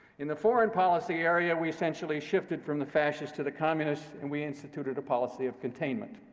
in the foreign policy, area we essentially shifted from the fascists to the communists, and we instituted a policy of containment.